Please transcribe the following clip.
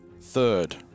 third